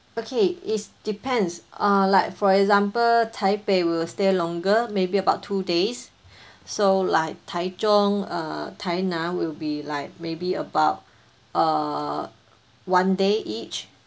okay it's depends err like for example taipei we will stay longer maybe about two days so like tai zhong err tainan will be like maybe about err one day each